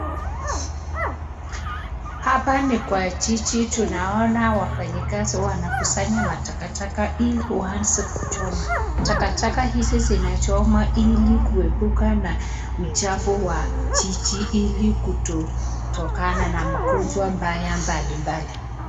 Hapa ni kwa jiji tunaona wafanyikazi wanakusanya matakataka ili waaze kuchoma. Takataka hizi zinachomwa ili kuepuka na uchafu wa jiji ili kutokana na magonjwa mbaya mbalimbali.